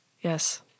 yes